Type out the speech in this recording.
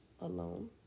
alone